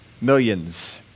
millions